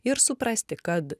ir suprasti kad